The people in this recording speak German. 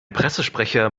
pressesprecher